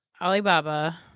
Alibaba